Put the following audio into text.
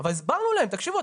אבל הסברנו להם תקשיבו,